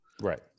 right